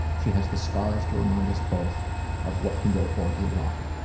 she has the scars to remind us both of what can go horribly wrong.